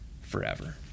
forever